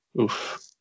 Oof